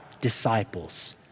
disciples